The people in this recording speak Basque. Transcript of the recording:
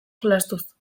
jolastuz